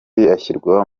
ashyirwa